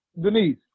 Denise